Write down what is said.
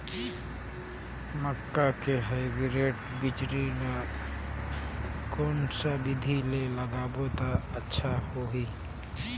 मक्का के हाईब्रिड बिजली ल कोन सा बिधी ले लगाबो त अच्छा होहि?